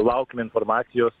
laukiame informacijos